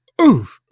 oof